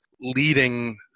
leading